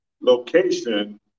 location